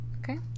Okay